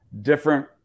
different